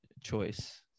choice